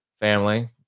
family